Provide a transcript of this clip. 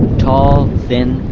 tall, thin,